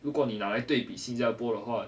如果你拿来对比新加坡的话